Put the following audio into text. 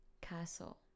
castle